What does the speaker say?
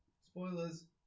Spoilers